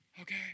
Okay